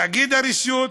תאגיד הרשות,